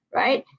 right